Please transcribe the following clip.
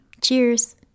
Cheers